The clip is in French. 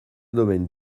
domaine